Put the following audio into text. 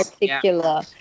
Particular